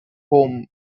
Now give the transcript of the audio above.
home